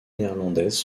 néerlandaises